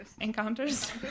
encounters